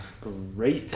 great